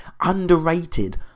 underrated